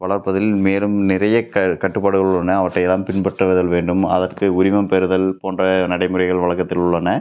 வளர்ப்பதில் மேலும் நிறைய க கட்டுப்பாடுகள் உள்ளன அவற்றையெல்லாம் பின்பற்றுவதல் வேண்டும் அதற்கு உரிமம் பெறுதல் போன்ற நடைமுறைகள் வழக்கத்தில் உள்ளன